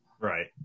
right